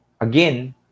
again